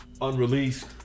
unreleased